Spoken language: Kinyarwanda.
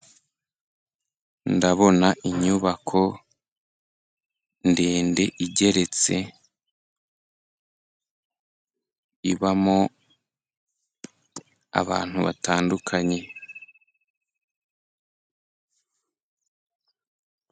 Ndabona inyubako ndende kigeretse, ibamo abantu batandukanye.